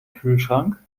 kühlschrank